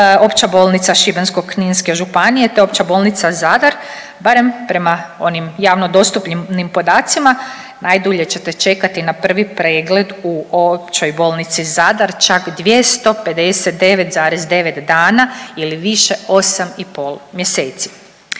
Opća bolnica Šibensko-kninske županije, te Opća bolnica Zadar, barem prema onim javno dostupnim podacima najdulje ćete čekati na prvi pregled u Općoj bolnici Zadar, čak 259,9 dana ili više 8 i pol mjeseci.